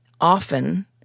often